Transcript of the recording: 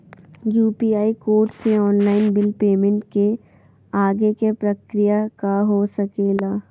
UPI code से online bill payment के आगे के प्रक्रिया का हो सके ला?